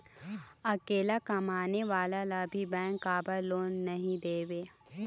अकेला कमाने वाला ला भी बैंक काबर लोन नहीं देवे?